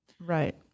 Right